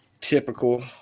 Typical